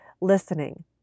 listening